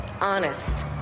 honest